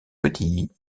petits